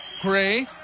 Gray